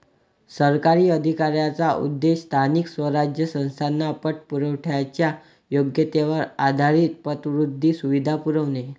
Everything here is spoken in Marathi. सरकारी अधिकाऱ्यांचा उद्देश स्थानिक स्वराज्य संस्थांना पतपुरवठ्याच्या योग्यतेवर आधारित पतवृद्धी सुविधा पुरवणे